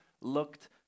looked